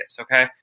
okay